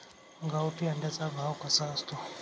गावठी अंड्याचा भाव कसा असतो?